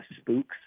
spooks